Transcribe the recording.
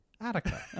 Attica